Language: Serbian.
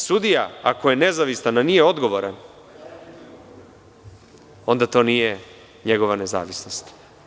Sudija ako je nezavistan a nije odgovoran, onda to nije njegova nezavisnost.